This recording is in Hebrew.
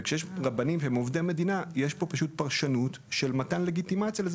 יש כאן פרשנות של מתן לגיטימציה לזה